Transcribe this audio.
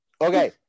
Okay